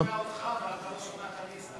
הוא לא שומע אותך, ואתה לא שומע את עליזה.